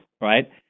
right